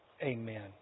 Amen